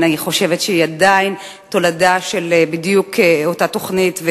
אני חושבת שהיא עדיין תולדה של אותה תוכנית בדיוק,